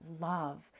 love